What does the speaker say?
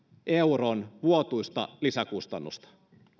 euron vuotuista lisäkustannusta